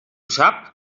sap